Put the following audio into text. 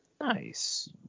Nice